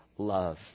love